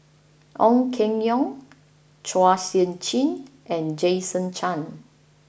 Ong Keng Yong Chua Sian Chin and Jason Chan